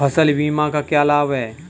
फसल बीमा के क्या लाभ हैं?